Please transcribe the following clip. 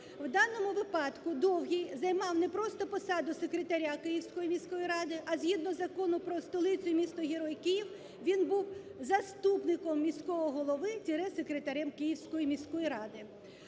В даному випадку Довгий займав не просто посаду секретаря Київської міської ради, а згідно Закону України "Про столицю і місто-герой Київ" він був заступником міського голови – секретарем Київської міської ради.